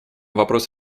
вопрос